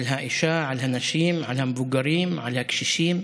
על האישה, על הנשים, על מבוגרים, על הקשישים.